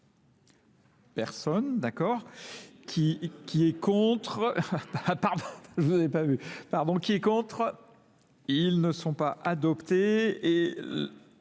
Personne, d'accord. Qui est contre ? Pardon, je ne vous ai pas vu. Pardon. Qui est contre ? Ils ne sont pas adoptés et